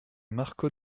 marco